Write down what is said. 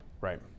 Right